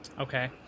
Okay